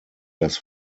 das